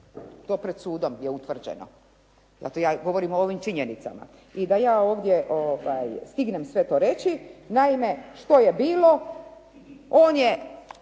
To pred sudom je utvrđeno, dakle ja govorim o činjenicama. I da ja ovdje stignem sve to reći. Naime, što je bilo, on je